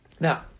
Now